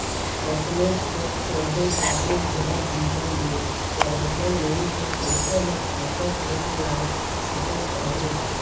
अपनेच कर चहे काकरो घलो बिहा में परसनल लोन कर पइसा ल खरचा करल जाए सकत अहे